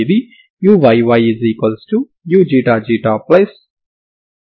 ఈ సందర్భంలో ఈ f1xct పాజిటివ్ అవుతుంది మరియు ఈ f1x ct కూడా పాజిటివ్ అవుతుంది సరేనా